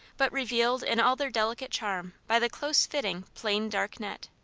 but revealed in all their delicate charm by the close-fitting plain dark net.